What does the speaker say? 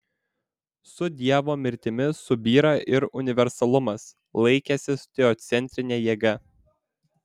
su dievo mirtimi subyra ir universalumas laikęsis teocentrine jėga